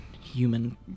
human